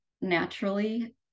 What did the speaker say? naturally